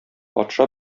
патша